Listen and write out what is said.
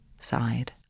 sighed